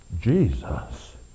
Jesus